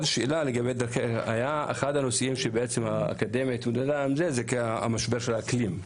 אחד הנושאים שהאקדמיה התמודדה איתו זה משבר האקלים.